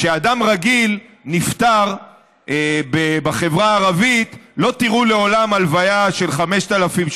כשאדם רגיל נפטר בחברה הערבית לא תראו לעולם הלוויה של 5,000,